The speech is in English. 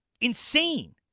insane